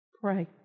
pray